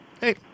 Hey